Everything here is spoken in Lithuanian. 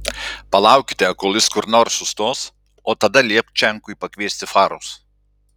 palaukite kol jis kur nors sustos o tada liepk čenkui pakviesti farus